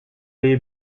les